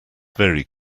very